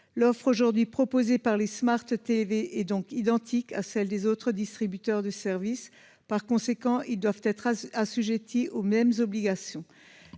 l'offre aujourd'hui proposée par les Smart TV et donc identique à celle des autres distributeurs de services. Par conséquent, ils doivent être assujettis aux mêmes obligations